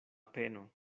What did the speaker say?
peno